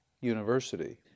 University